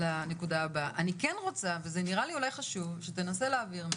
צריך לפחות להגיע לשכר מינימום.